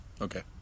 Okay